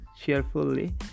cheerfully